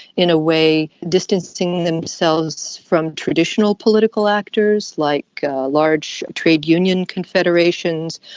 in a way distancing themselves from traditional political actors like large trade union confederations,